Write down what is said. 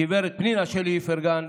גב' פנינה שלי איפרגן,